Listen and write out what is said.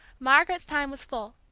margaret's time was full,